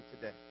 today